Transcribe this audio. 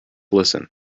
listen